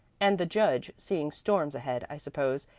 and the judge, seeing storms ahead, i suppose,